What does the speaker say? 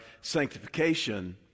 sanctification